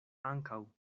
ankaŭ